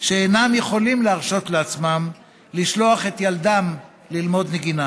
שאינם יכולים להרשות לעצמם לשלוח את ילדם ללמוד נגינה,